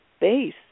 base